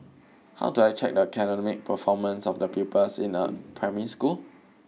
how do I check the academic performance of the pupils in a primary school